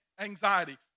anxiety